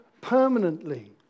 permanently